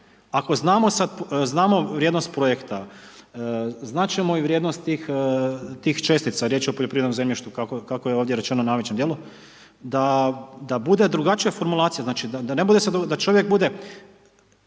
sad, znamo vrijednost projekta, znat ćemo i vrijednost tih čestica, riječ je o poljoprivrednom zemljištu kako je ovdje rečeno, u najvećem dijelu, da bude drugačija formulacija, znači, da ne bude